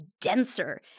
denser